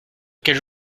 quelle